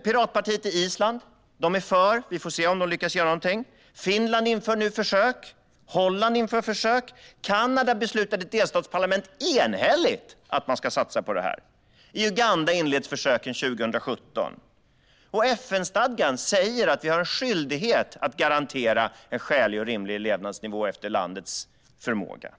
Piratpartiet i Island är för detta. Vi får se om de lyckas göra någonting. Finland inför ett försök liksom Holland. I Kanada beslutade ett delstatsparlament enhälligt att satsa på detta. I Uganda inleds försök 2017. FN-stadgan säger att vi har en skyldighet att garantera en skälig och rimlig levnadsnivå efter landets förmåga.